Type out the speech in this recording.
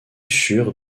sur